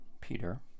Peter